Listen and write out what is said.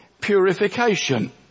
purification